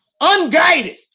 Unguided